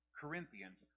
Corinthians